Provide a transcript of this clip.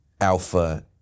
Alpha